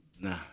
Nah